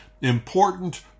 important